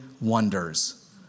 wonders